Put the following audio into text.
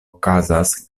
okazas